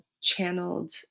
channeled